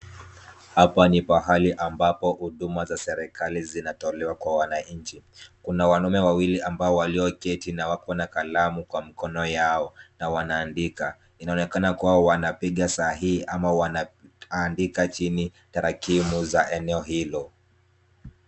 Hapa ni pahali ambapo huduma za serikali zinatolewa kwa wananchi. Kuna wanaume wawili ambao walioketi na wako na kalamu kwa mkono yao na wanaandika. Inaonekana kuwa wanapiga sahihi ama wanaandika chini tarakimu za eneo hilo.